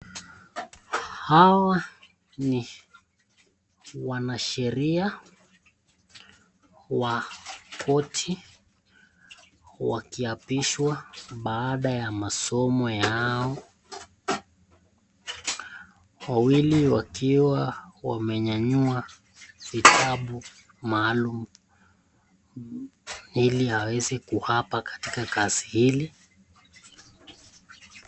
Hawa ni wanasheria wa koti wakiapishwa baada ya masomo yao. Wawili wakiwa wamenyanyua vitabu maalum ili waweze kuaapa katika kazi hili.